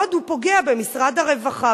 בעוד הוא פוגע במשרד הרווחה,